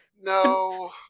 No